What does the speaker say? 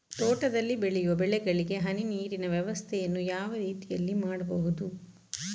ತೋಟದಲ್ಲಿ ಬೆಳೆಯುವ ಬೆಳೆಗಳಿಗೆ ಹನಿ ನೀರಿನ ವ್ಯವಸ್ಥೆಯನ್ನು ಯಾವ ರೀತಿಯಲ್ಲಿ ಮಾಡ್ಬಹುದು?